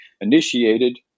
initiated